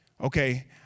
okay